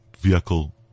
vehicle